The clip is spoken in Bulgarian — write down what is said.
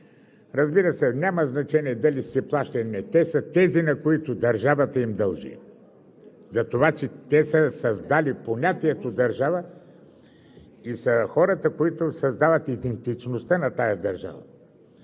Разбира се, няма значение дали ще си плаща или не, те са тези, на които държавата им дължи за това, че те са създали понятието „държава“ и са хората, които създават идентичността на тази държава.